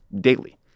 daily